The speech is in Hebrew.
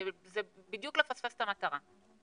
זה בדיוק לפספס את המטרה.